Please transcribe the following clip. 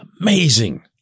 Amazing